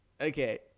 Okay